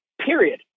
period